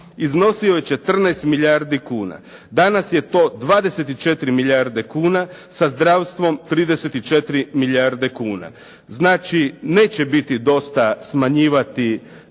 iznosio je 14 milijardi kuna. Danas je to 24 milijarde kuna sa zdravstvom 34 milijarde kuna. Znači, neće biti dosta smanjivati